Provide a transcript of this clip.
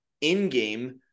in-game